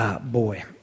boy